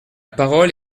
parole